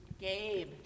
Gabe